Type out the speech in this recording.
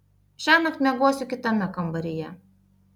šiąnakt miegosiu kitame kambaryje